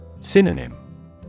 Synonym